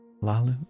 Lalu